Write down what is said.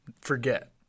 forget